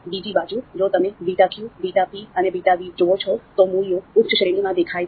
બીજી બાજુ જો તમે beta q beta p અને beta v જુઓ છો તો મૂલ્યો ઉચ્ચ શ્રેણીમાં દેખાય છે